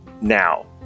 Now